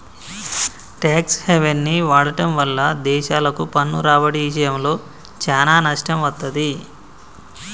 tax హెవెన్ని వాడటం వల్ల దేశాలకు పన్ను రాబడి ఇషయంలో చానా నష్టం వత్తది